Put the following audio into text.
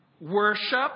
Worship